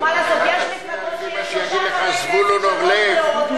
לפחות זה יהיה ליברמן.